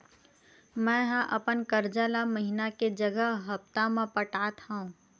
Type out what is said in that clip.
मेंहा अपन कर्जा ला महीना के जगह हप्ता मा पटात हव